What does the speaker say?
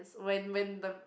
when when the